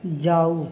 जाउ